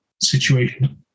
situation